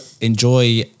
enjoy